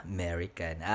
American